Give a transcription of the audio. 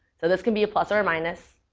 so this can be a plus or a minus.